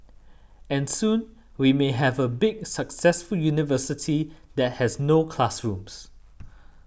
and soon we may have a big successful university that has no classrooms